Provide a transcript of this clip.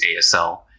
ASL